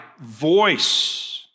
voice